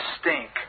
stink